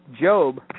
Job